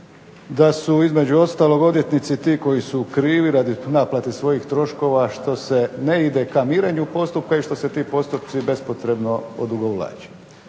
da su između ostalog odvjetnici ti koji su krivi radi naplate svojih troškova što se ne ide ka mirenju postupka i što se ti postupci bespotrebno odugovlače.